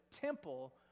temple